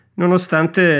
nonostante